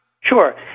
Sure